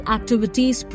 Activities